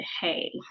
hey